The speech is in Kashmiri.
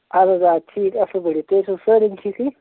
اَہَن حظ آ ٹھیٖک اَصٕل پٲٹھی تُہۍ ٲسوٕ سٲلِم ٹھیٖکٕے